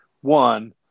One